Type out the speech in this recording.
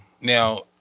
Now